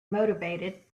motivated